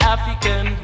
African